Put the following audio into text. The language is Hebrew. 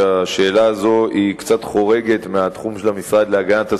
שהשאלה הזו קצת חורגת מהתחום של המשרד להגנת הסביבה.